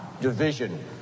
division